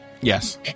Yes